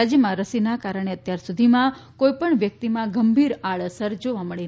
રાજ્યમાં રસીનાં કારણે અત્યાર સુધીમાં કોઈપણ વ્યકિતમાં ગંભીર આડ અસર જોવા મળી નથી